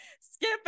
skip